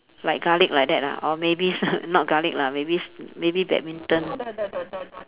like garlic like that lah or maybe s~ not garlic lah maybe s~ maybe badminton